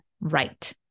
right